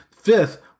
Fifth